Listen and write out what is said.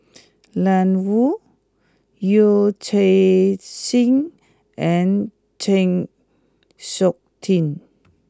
Ian Woo Yee Chia Hsing and Chng Seok Tin